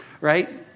right